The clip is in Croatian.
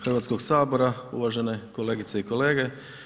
Hrvatskog sabora, uvažene kolegice i kolege.